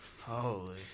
Holy